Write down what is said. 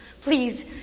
Please